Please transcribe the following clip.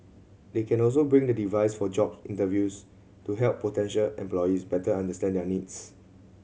they can also bring the device for job interviews to help potential employees better understand their needs